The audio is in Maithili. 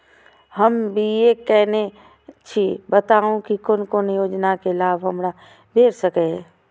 हम बी.ए केनै छी बताबु की कोन कोन योजना के लाभ हमरा भेट सकै ये?